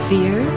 Fear